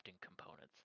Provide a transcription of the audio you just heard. components